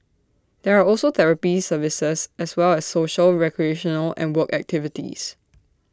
there are also therapy services as well as social recreational and work activities